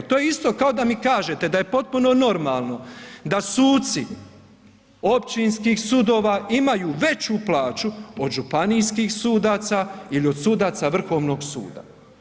To je isto kao da mi kažete da je potpuno normalno da suci općinskih sudova imaju veću plaću od županijskih sudaca ili od sudaca Vrhovnog suda.